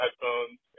headphones